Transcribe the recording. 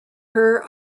her